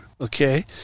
okay